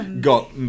got